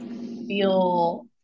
feel